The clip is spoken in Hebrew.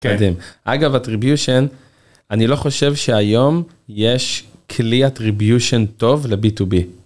אגב את attribution, אני לא חושב שהיום יש כלי attribution טוב ל- B2B.